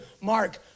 Mark